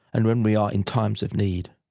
and when we are in times of need?